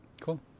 Cool